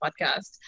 podcast